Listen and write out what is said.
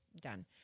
done